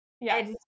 Yes